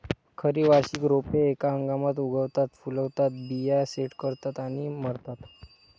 खरी वार्षिक रोपे एका हंगामात उगवतात, फुलतात, बिया सेट करतात आणि मरतात